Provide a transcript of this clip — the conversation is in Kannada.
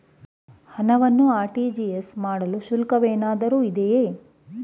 ಹಣವನ್ನು ಆರ್.ಟಿ.ಜಿ.ಎಸ್ ಮಾಡಲು ಶುಲ್ಕವೇನಾದರೂ ಇದೆಯೇ?